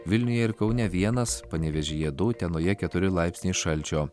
vilniuje ir kaune vienas panevėžyje du utenoje keturi laipsniai šalčio